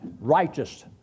righteous